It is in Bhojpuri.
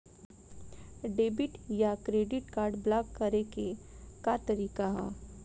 डेबिट या क्रेडिट कार्ड ब्लाक करे के का तरीका ह?